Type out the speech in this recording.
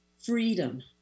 freedom